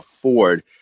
afford